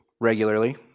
regularly